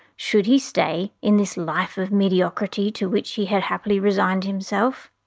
should he stay in this life of mediocrity to which he had happily resigned himself?